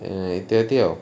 ଇତ୍ୟାଦି ଆଉ